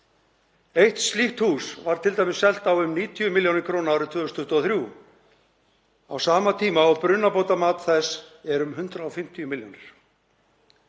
Eitt slíkt hús var til dæmis selt á um 90 milljónir króna árið 2023 á sama tíma og brunabótamat þess er um 150 milljónir